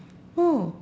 oh